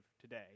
today